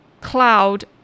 cloud